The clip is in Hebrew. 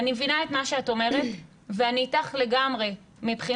אני מבינה את מה שאת אומרת ואני איתך לגמרי מבחינת